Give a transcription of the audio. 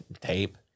tape